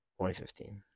2015